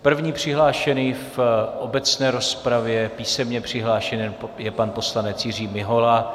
První přihlášený v obecné rozpravě, písemně přihlášený, je pan poslanec Jiří Mihola.